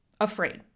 Afraid